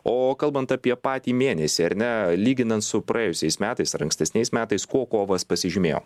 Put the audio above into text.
o kalbant apie patį mėnesį ar ne lyginant su praėjusiais metais ar ankstesniais metais kuo kovas pasižymėjo